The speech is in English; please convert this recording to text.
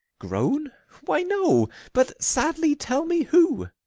groan! why, no but sadly tell me who.